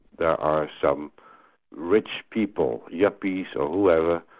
there are some rich people, yuppies, or whoever,